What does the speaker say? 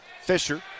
Fisher